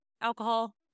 alcohol